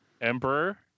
Emperor